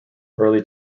early